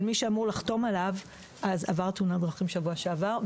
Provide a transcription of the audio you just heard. אבל מי שאמור לחתום עליה עבר תאונת דרכים בשבוע שעבר,